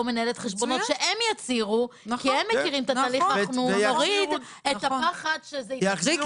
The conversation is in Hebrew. שהם יצהירו כי הם מכירים את התהליך ואנחנו נוריד את הפחד --- אנחנו